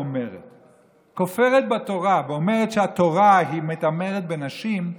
כופרת בתורה ואומרת שהתורה מתעמרת בנשים,